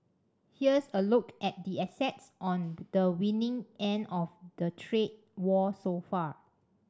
here's a look at the assets on the winning end of the trade war so far